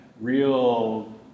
real